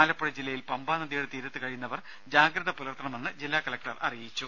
ആലപ്പുഴ ജില്ലയിൽ പമ്പാനദിയുടെ തീരത്തു കഴിയുന്നവർ ജാഗ്രത പുലർത്തണമെന്ന് കലക്ടർ പറഞ്ഞു